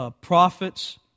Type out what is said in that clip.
prophets